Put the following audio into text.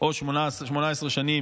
או 18 שנים,